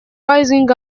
rising